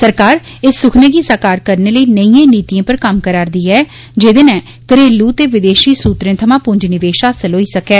सरकार इस सुखने गी साकार करने लेई नेइएं नीतिएं पर कम्म करा'रदी ऐ जेहदे नै घरेलू ते विदेशी सूत्रे थमां पूजीनिवेश हासल होई सकै